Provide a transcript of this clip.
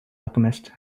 alchemist